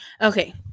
Okay